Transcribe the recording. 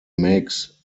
makes